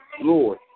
Lord